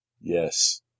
yes